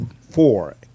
Four